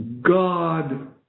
God